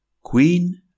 Queen